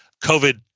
COVID